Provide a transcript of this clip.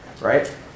right